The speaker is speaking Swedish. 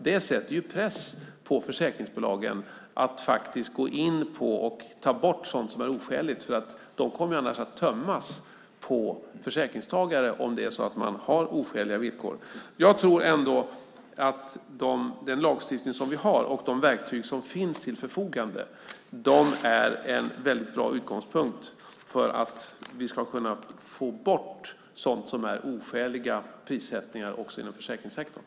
Det sätter press på försäkringsbolagen att faktiskt ta bort sådant som är oskäligt. De kommer annars att tömmas på försäkringstagare om de har oskäliga villkor. Jag tror ändå att den lagstiftning som vi har och de verktyg som finns till förfogande är en väldigt bra utgångspunkt för att vi ska kunna få bort oskälig prissättning också inom försäkringssektorn.